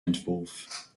entwurf